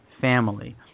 family